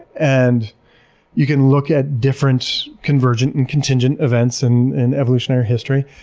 and you can look at different convergent and contingent events and in evolutionary history.